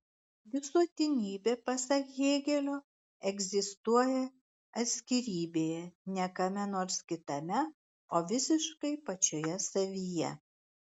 visuotinybė pasak hėgelio egzistuoja atskirybėje ne kame nors kitame o visiškai pačioje savyje